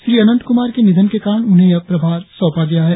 श्री अनंत कुमार के निशन के कारण उन्हें यह प्रभार सौंपा गया है